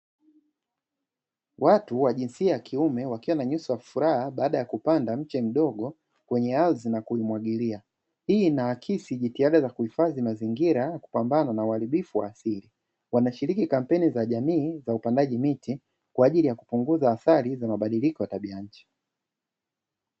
Watu wa jinsia ya kiume wakiwa na nyuso ya furaha, baada ya kupanda mche mdogo kwenye ardhi na kuimwagilia. Hii inaakisi jitihada za kuhifadhi mazingira na kupambana na uharibu wa asili. Wanashiriki kampeni za jamii za upandaji miti kwa ajili ya kupunguza athari za mabadiliko ya tabia ya nchi.